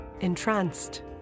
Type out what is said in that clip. entranced